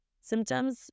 symptoms